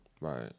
Right